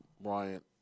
Bryant